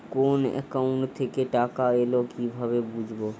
কোন একাউন্ট থেকে টাকা এল কিভাবে বুঝব?